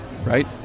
Right